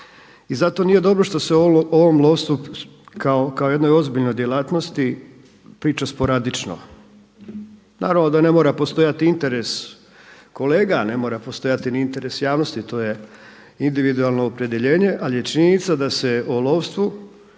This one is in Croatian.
I zato nije dobro što se o ovom lovstvu kao jednoj ozbiljnoj djelatnosti priča sporadično. Naravno da ne mora postojati interes kolega, ne mora postojati ni interes javnosti, to je individualno opredjeljenje, ali je činjenica da se o lovstvu